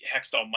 Hextall